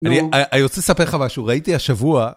אני רוצה לספר לך משהו, ראיתי השבוע...